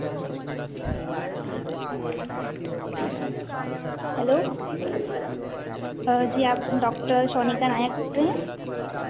hello जी आप doctor Sonika Nayak बोल रहे हैं